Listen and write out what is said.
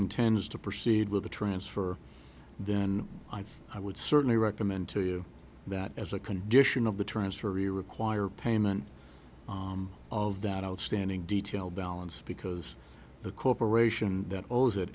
intends to proceed with the transfer then i think i would certainly recommend to you that as a condition of the transfer you require payment of that outstanding detail balance because the corporation that owns